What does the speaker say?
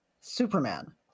Superman